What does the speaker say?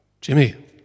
Jimmy